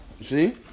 See